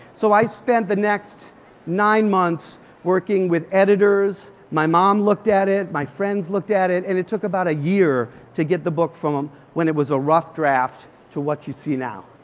so i spent the next nine months working with editors, my mom looked at it, my friends looked at it. and it took about a year to get the book from when it was a rough draft to what you see now.